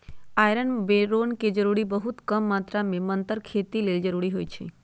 iron बैरौन के जरूरी बहुत कम मात्र में मतर खेती लेल जरूरी होइ छइ